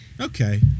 Okay